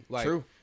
True